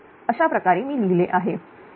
अशाप्रकारे मी लिहिले आहे